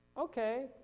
Okay